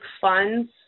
funds